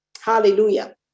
Hallelujah